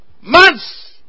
months